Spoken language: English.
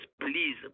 please